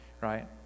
right